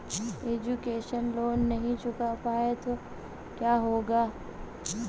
Education loan नहीं चुका पाए तो क्या होगा?